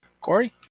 corey